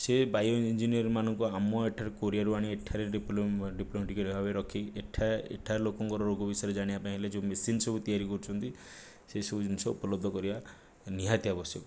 ସେ bio engineer ମାନଙ୍କୁ ଆମ ଏଠାରୁ କୋରିଆରୁ ଆଣି ଏଠାରେ ଡିପ୍ଲୋମେଟିକ୍ ଭାବରେ ରଖି ଏଠା ଏଠାରେ ଲୋକଙ୍କର ରୋଗ ବିଷୟରେ ଜାଣିବା ପାଇଁ ହେଲେ ଯୋଉ ମେସିନ୍ ସବୁ ତିଆରି କରୁଛନ୍ତି ସେ ସବୁ ଜିନିଷ ଉପଲବ୍ଧ କରିବା ନିହାତି ଆବଶ୍ୟକ